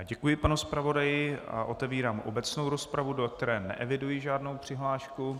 Děkuji panu zpravodaji a otevírám obecnou rozpravu, do které neeviduji žádnou přihlášku.